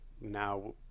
now